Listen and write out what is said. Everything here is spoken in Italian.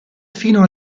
fino